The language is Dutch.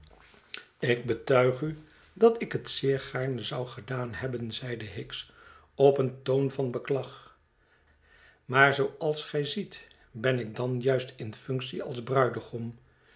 ik betuig u dat ik het zeer gaarne zou gedaan hebben zeide hicks op een toon van beklag j'maar zooals gij ziet ben ik dan juist in functie als bruidegom